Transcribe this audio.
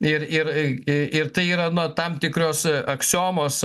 ir ir ir tai yra nuo tam tikros aksiomos